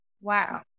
wow